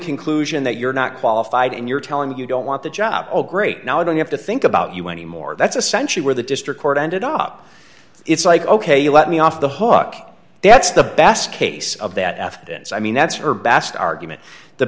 conclusion that you're not qualified and you're telling me you don't want the job oh great now i don't have to think about you anymore that's essentially where the district court ended up it's like ok you let me off the hook that's the best case of that afghan's i mean that's her best argument the